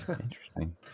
Interesting